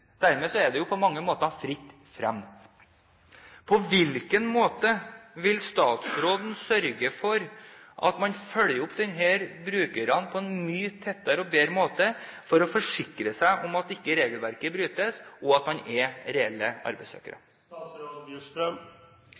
er det jo på mange måter fritt frem. På hvilken måte vil statsråden sørge for at man følger opp disse brukerne på en mye tettere og bedre måte for å forsikre seg om at ikke regelverket brytes, og at de er reelle arbeidssøkere?